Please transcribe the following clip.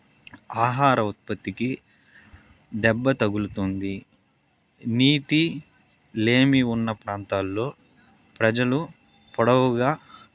ఆహార ఉత్పత్తికి దెబ్బ తగులుతోంది నీటి లేమి ఉన్న ప్రాంతాల్లో ప్రజలు పొడవుగా